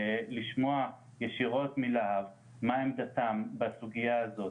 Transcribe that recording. לשמוע ישירות מלהב מה עמדתם בסוגיה הזאת,